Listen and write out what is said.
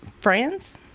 friends